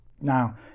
Now